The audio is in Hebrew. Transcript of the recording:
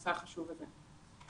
הנושא החשוב הזה.